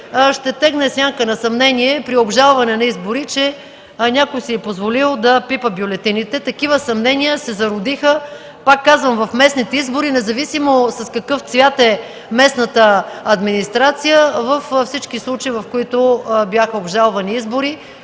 ще тегне сянка на съмнение при обжалване на избори, че някой си е позволил да пипа бюлетините. Такива съмнения се зародиха, пак казвам, в местните избори, независимо с какъв цвят е местната администрация, във всички случаи, в които бяха обжалвани избори